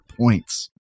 points